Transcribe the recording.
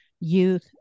youth